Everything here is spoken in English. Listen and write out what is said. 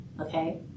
Okay